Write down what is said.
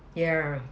ya